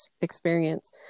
experience